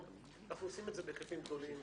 אנחנו עושים את זה בהיקפים גדולים,